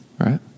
right